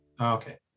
okay